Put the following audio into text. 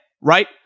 right